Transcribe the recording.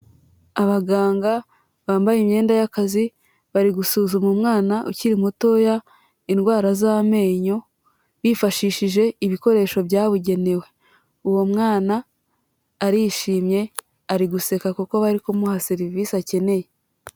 Abaganga bambaye imyenda y'akazi bari gusuzuma umwana ukiri mutoya indwara z'amenyo bifashishije ibikoresho byabugenewe, uwo mwana arishimye ari guseka kuko bari kumuha serivisi akeneye.